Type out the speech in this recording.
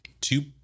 two